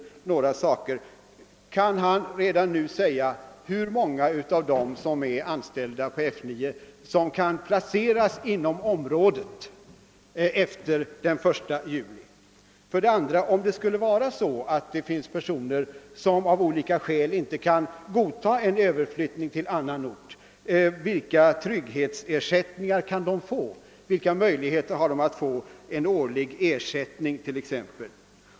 Kan försvarsministern redan nu säga hur många av de anställda på F 9 som kan placeras inom området efter den 1 juli? Om det finns personer som av olika skäl inte kan acceptera en förflyttning till annan ort, vilka trygghetsersättningar kan de då få och vilka möjligheter har de att erhålla t.ex. en årlig ersättning?